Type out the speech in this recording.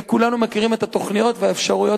וכולנו מכירים את התוכניות והאפשרויות